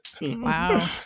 Wow